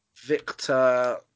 Victor